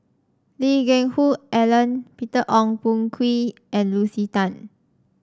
Lee Geck Hoon Ellen Peter Ong Boon Kwee and Lucy Tan